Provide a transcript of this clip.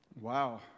Wow